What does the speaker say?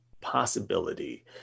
possibility